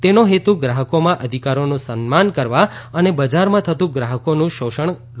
તેનો હેતુ ગ્રાહકોમાં અધિકારોનું સન્માન કરવા અને બજારમાં થતું ગ્રાહકોનું શોષણ રોકવાનો છે